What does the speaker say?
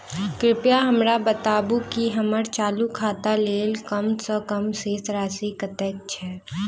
कृपया हमरा बताबू की हम्मर चालू खाता लेल कम सँ कम शेष राशि कतेक छै?